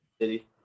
city